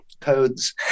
codes